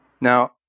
Now